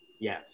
Yes